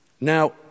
Now